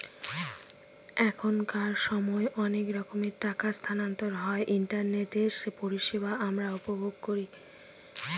এখনকার সময় অনেক রকমের টাকা স্থানান্তর হয় ইন্টারনেটে যার পরিষেবা আমরা উপভোগ করি